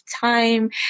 time